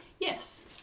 Yes